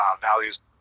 values